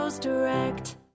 direct